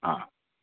हा